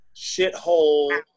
shithole